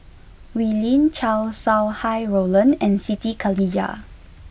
Wee Lin Chow Sau Hai Roland and Siti Khalijah